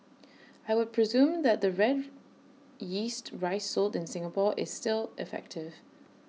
I would presume that the Red Yeast Rice sold in Singapore is still effective